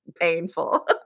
painful